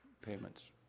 payments